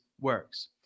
works